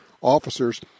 officers